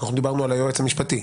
אנחנו דיברנו על היועץ המשפטי.